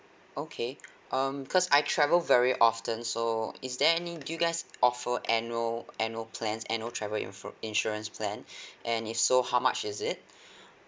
okay um because I travel very often so is there any do you guys offer annual annual plans annual travel infro~ insurance plan and it so how much is it